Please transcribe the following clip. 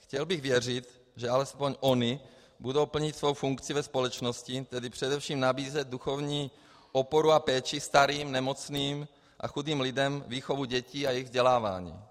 Chtěl bych věřit, že alespoň ony budou plnit svou funkci ve společnosti, tedy především nabízet duchovní oporu a péči starým, nemocným a chudým lidem, výchovu dětí a jejich vzdělávání.